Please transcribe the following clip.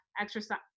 exercise